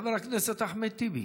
חבר הכנסת אחמד טיבי,